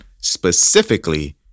specifically